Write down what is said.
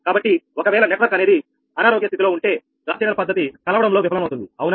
కాబట్టి ఒకవేళ నెట్వర్క్ అనేది అనారోగ్య స్థితిలో ఉంటే గాస్ సీడెల్ పద్ధతి కలవడంలో విఫలమవుతుంది అవునా